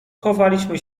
chowaliśmy